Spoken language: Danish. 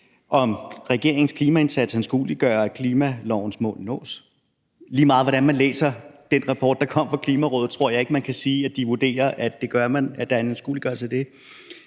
om regeringens klimaindsats anskueliggør, at klimalovens mål nås. Men lige meget hvordan man læser den rapport, der kom fra Klimarådet, tror jeg ikke, man kan sige, at de vurderer, at det gør man, at der er en anskueliggørelse af det.